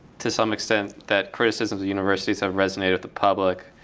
to some extent, that criticisms of universities have resonated with the public,